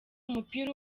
umupira